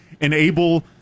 enable